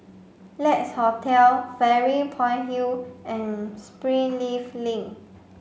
Lex Hotel Fairy Point Hill and Springleaf Link